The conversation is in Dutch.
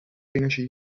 energie